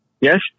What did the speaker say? Yes